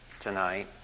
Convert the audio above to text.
tonight